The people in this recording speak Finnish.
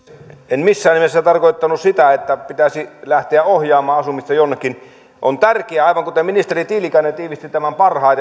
en missään nimessä tarkoittanut sitä että pitäisi lähteä ohjaamaan asumista jonnekin on tärkeää aivan kuten ministeri tiilikainen tiivisti tämän